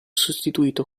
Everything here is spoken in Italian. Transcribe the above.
sostituito